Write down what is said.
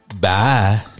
Bye